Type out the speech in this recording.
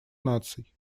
наций